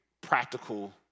practical